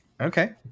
Okay